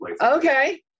okay